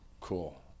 Cool